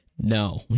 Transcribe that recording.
no